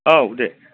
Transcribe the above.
औ दे